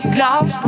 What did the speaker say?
lost